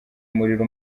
umuriro